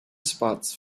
spots